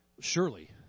Surely